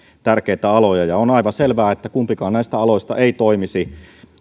tärkeitä aloja ja on aivan selvää että kumpikaan näistä aloista ei toimisi